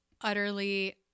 utterly